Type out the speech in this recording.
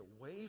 away